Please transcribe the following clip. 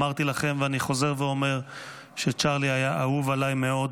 אמרתי לכם ואני חוזר ואומר שצ'רלי היה אהוב עליי מאוד,